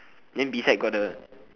then beside got the